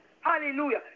Hallelujah